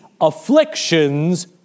afflictions